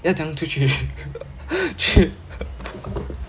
要怎么样出去 去